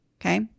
Okay